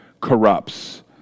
corrupts